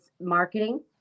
marketing